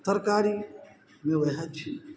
तरकारीमे वएह छै